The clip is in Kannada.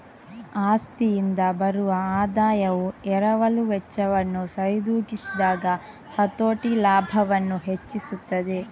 ಆಸ್ತಿಯಿಂದ ಬರುವ ಆದಾಯವು ಎರವಲು ವೆಚ್ಚವನ್ನು ಸರಿದೂಗಿಸಿದಾಗ ಹತೋಟಿ ಲಾಭವನ್ನು ಹೆಚ್ಚಿಸುತ್ತದೆ